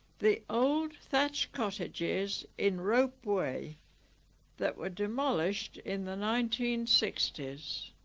the old thatched cottages in rope way that were demolished in the nineteen sixty s